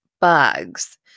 bugs